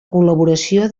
col·laboració